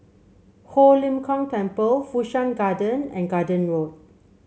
Ho Lim Kong Temple Fu Shan Garden and Garden Road